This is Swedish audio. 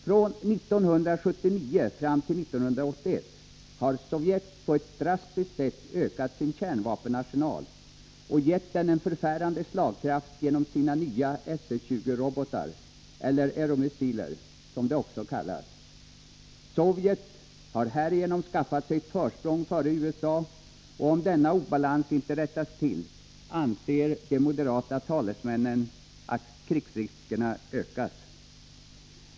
Från 1979 och fram till 1981 har Sovjet på ett drastiskt sätt ökat sin kärnvapenarsenal och gett den en förfärande slagkraft genom sina nya SS-20-robotar eller euromissiler, som de också kallas. Sovjet har härigenom skaffat sig ett försprång före USA, och de moderata talesmännen anser att krigsriskerna ökas, om denna obalans inte rättas till.